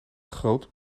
groot